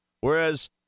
Whereas